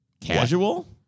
casual